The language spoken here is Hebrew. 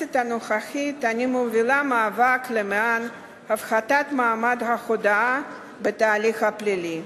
בכנסת הנוכחית אני מובילה מאבק למען הפחתת מעמד ההודאה בתהליך הפלילי.